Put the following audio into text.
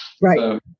Right